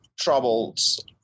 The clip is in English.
troubles